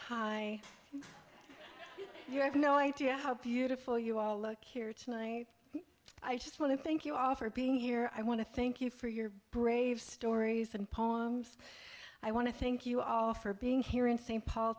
hi you have no idea how beautiful you all look here tonight i just want to thank you all for being here i want to thank you for your brave stories and poems i want to thank you all for being here in st paul